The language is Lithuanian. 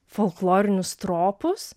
folklorinius tropus